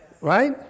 Right